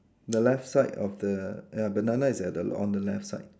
the left side of the ya banana is at the on the left side